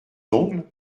ongles